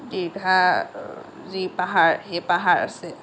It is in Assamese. দীৰ্ঘা যি পাহাৰ সেই পাহাৰ আছে